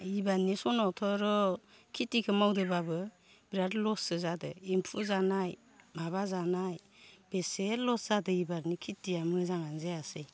इबारनि सनावथ' र' खिथिखो मावदोब्लाबो बिराद लससो जादो एम्फौ जानाय माबा जानाय बेसे लस जादो इबारनि खिथिया मोजाङानो जायासै